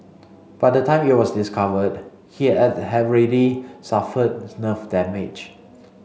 by the time it was discovered he had have ready suffered nerve damage